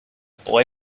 boy